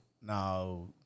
Now